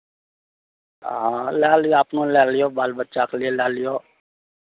हँ लए लियौ अपनो लेल लए लियौ बाल बच्चाके लेल लए लियौ